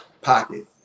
pocket